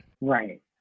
Right